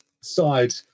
side